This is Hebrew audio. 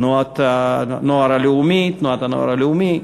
תנועת הנוער הלאומי,